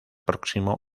próximo